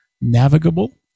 navigable